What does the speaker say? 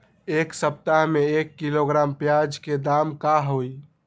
एक सप्ताह में एक किलोग्राम प्याज के दाम का होई?